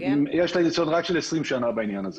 יש לה ניסיון רק של 20 שנה בעניין הזה...